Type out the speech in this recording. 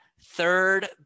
Third